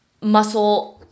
muscle